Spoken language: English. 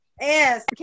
Yes